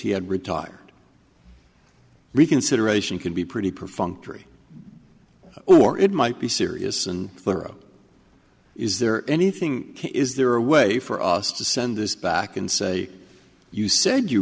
he had retired reconsideration can be pretty perfunctory or it might be serious and thorough is there anything is there a way for us to send this back and say you said you